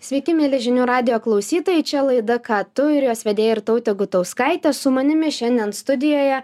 sveiki mieli žinių radijo klausytojai čia laida ką tu ir jos vedėja irtautė gutauskaitė su manimi šiandien studijoje